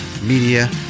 media